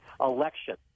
election